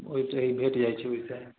ओहिसँहि भेटि जाइ छै ओहिसँ